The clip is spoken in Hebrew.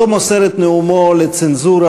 הוא לא מוסר את נאומו לצנזורה,